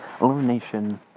Illumination